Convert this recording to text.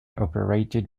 operated